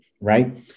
right